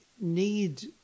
need